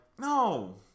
no